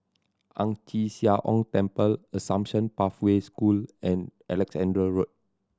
Ang Chee Sia Ong Temple Assumption Pathway School and Alexandra Road